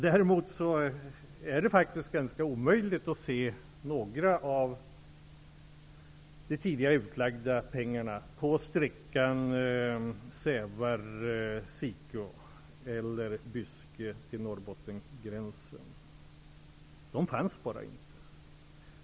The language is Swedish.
Däremot är det faktiskt ganska omöjligt att se några tidigare utlagda pengar på sträckan Sävar--Sikeå eller sträckan från Byske till Norrbottensgränsen. De fanns bara inte.